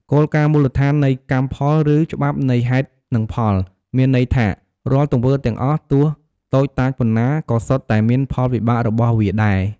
គោលការណ៍មូលដ្ឋាននៃ កម្មផល ឬ ច្បាប់នៃហេតុនិងផល មានន័យថា រាល់ទង្វើទាំងអស់ ទោះតូចតាចប៉ុនណា ក៏សុទ្ធតែមានផលវិបាករបស់វាដែរ។